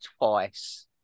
twice